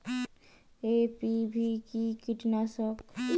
NPV কি কীটনাশক?